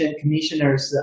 commissioners